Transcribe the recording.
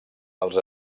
els